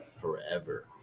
forever